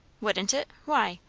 wouldn't it? why?